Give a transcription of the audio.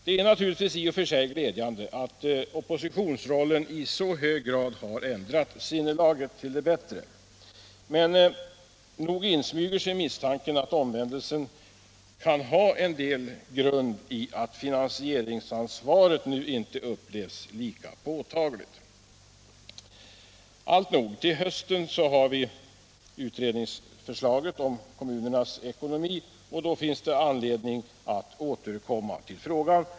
Det är naturligtvis i och för sig glädjande att oppositionsrollen i så hög grad har ändrat sinnelaget till det bättre, men nog insmyger sig misstanken att omvändelsen kan ha sin grund i att finansieringsansvaret nu inte upplevs lika påtagligt. Alltnog — till hösten har vi utredningens betänkande om kommunernas ekonomi, och då finns det anledning att återkomma till frågan.